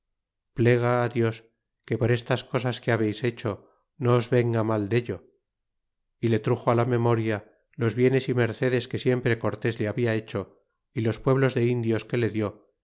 marido plega dios que por estas cosas que habeis hecho no os venga mal dello y le truxo la memoria los bienes y mercedes que siempre cortés le había hecho y los pueblos de indios que le dió